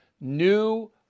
new